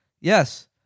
Yes